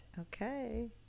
okay